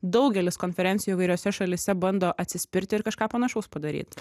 daugelis konferencijų įvairiose šalyse bando atsispirti ir kažką panašaus padaryt